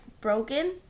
broken